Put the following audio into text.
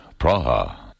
Praha